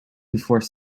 before